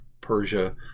Persia